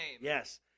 Yes